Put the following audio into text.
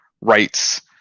rights